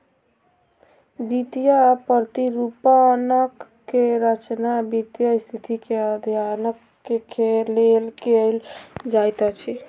वित्तीय प्रतिरूपण के रचना वित्तीय स्थिति के अध्ययन के लेल कयल जाइत अछि